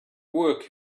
work